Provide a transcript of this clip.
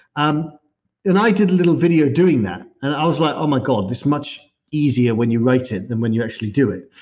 um and i did a little video doing that and i was like, oh my god. this is much easier when you write it than when you actually do it.